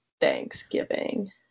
Thanksgiving